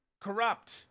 corrupt